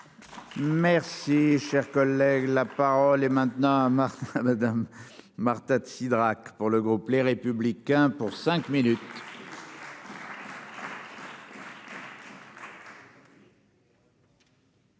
Merci. Collègue, la parole est maintenant à ma Madame Marta de Cidrac pour le groupe Les Républicains pour cinq minutes.